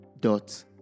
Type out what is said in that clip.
dot